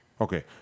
Okay